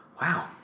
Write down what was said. wow